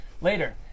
Later